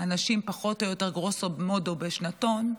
אנשים פחות או יותר, גרוסו מודו, בשנתון,